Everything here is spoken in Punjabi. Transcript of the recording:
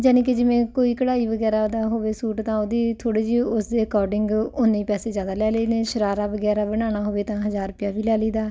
ਯਾਨੀ ਕਿ ਜਿਵੇਂ ਕੋਈ ਕਢਾਈ ਵਗੈਰਾ ਦਾ ਹੋਵੇ ਸੂਟ ਤਾਂ ਉਹਦੀ ਥੋੜ੍ਹੀ ਜਿਹੀ ਉਸਦੇ ਅਕੋਰਡਿੰਗ ਉਨੇ ਹੀ ਪੈਸੇ ਜ਼ਿਆਦਾ ਲੈ ਲਏ ਨੇ ਸ਼ਰਾਰਾ ਵਗੈਰਾ ਬਣਾਉਣਾ ਹੋਵੇ ਤਾਂ ਹਜ਼ਾਰ ਰੁਪਇਆ ਵੀ ਲੈ ਲਈਦਾ